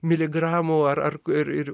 miligramų ar ar ir ir